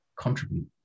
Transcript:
contribute